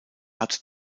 hat